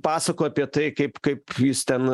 pasakojo apie tai kaip kaip jis ten